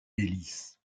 délices